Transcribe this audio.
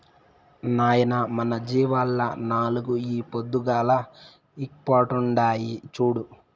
నాయనా మన జీవాల్ల నాలుగు ఈ పొద్దుగాల ఈకట్పుండాయి చూడు